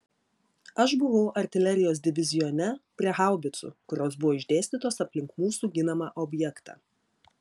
aš buvau artilerijos divizione prie haubicų kurios buvo išdėstytos aplink mūsų ginamą objektą